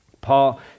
Paul